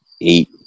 eight